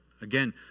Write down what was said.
Again